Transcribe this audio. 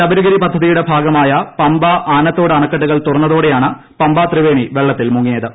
ശബരിഗിരി പദ്ധതിയുടെ ഭാഗമായ പമ്പ ആനത്തോട് അണക്കെട്ടുകൾ തുറന്നതോടെയാണ് പമ്പ ത്രിവേണി വെള്ളത്തിൽ മുങ്ങിയത്